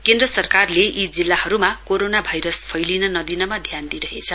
केन्द्र सरकारले यी जिल्लाहरुमा कोरोना भाइरस फैलिन नदिमा ध्यान दिइरहेछ